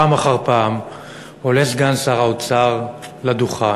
פעם אחר פעם עולה סגן שר האוצר לדוכן